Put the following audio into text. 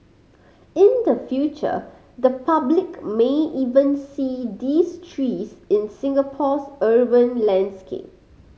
in the future the public may even see these trees in Singapore's urban landscape